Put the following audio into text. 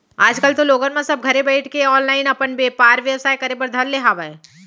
आज कल तो लोगन मन सब घरे बइठे ऑनलाईन अपन बेपार बेवसाय करे बर धर ले हावय